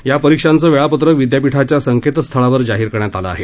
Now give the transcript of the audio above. या परीक्षांचं वेळापत्रक विदयापीठाच्या संकेतस्थळावर जाहीर करण्यात आलं आहे